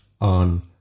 on